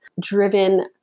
driven